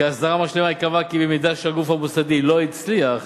כהסדרה משלימה ייקבע כי במידה שהגוף המוסדי לא הצליח